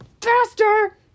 Faster